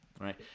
right